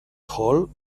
hall